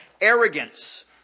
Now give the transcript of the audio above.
arrogance